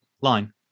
line